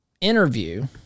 interview